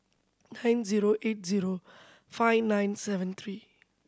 nine zero eight zero five nine seven three